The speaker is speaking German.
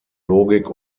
logik